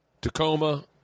Tacoma